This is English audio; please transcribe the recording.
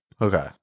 Okay